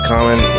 Common